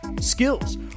skills